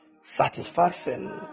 Satisfaction